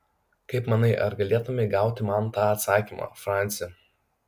kaip manai ar galėtumei gauti man tą atsakymą franci